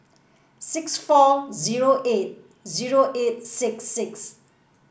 six four zero eight zero eight six six